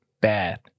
bad